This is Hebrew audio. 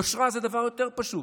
יושרה זה דבר יותר פשוט.